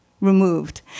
removed